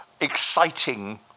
exciting